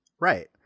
Right